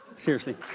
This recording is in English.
seriously.